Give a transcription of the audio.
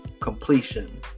completion